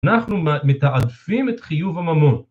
אנחנו מתעדפים את חיוב הממון.